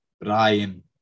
Brian